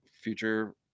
future